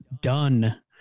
Done